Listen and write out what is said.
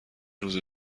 روز